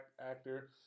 actor